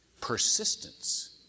Persistence